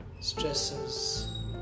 stresses